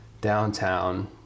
downtown